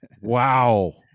wow